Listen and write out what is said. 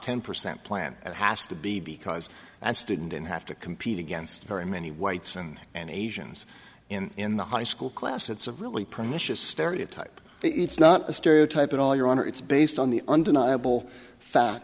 ten percent plan it has to be because that student in have to compete against very many whites and and asians in the high school class it's a really premonitions stereotype it's not a stereotype at all your honor it's based on the undeniable fa